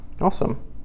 Awesome